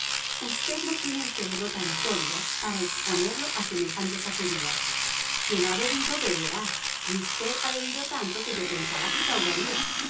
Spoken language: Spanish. usted no tiene el cerebro tan sólido para exponerlo a semejante sacudida quien ha bebido beberá y usted ha bebido tanto que yo pensaba que se ahogaría